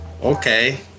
okay